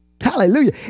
Hallelujah